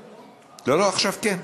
אה, חוזרים, עכשיו, כן.